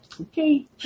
Okay